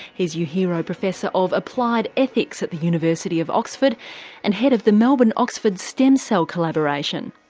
he's uehiro professor of applied ethics at the university of oxford and head of the melbourne oxford stem cell collaboration.